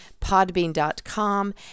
podbean.com